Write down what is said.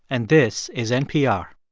and this is npr